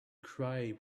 cry